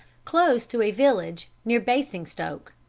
close to a village near basingstoke.